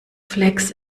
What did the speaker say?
flex